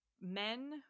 men